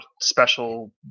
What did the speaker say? special